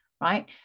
Right